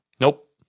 Nope